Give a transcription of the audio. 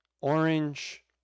orange